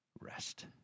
rest